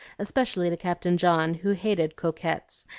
especially to captain john, who hated coquettes,